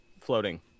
floating